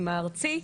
הארצי,